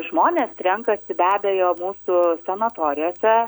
žmonės renkasi be abejo mūsų sanatorijose